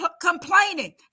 complaining